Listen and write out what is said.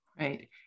Right